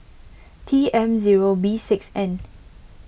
T M zero B six N